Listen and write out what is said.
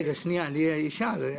רגע, אשאל.